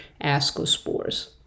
ascospores